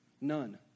none